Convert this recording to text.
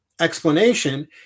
explanation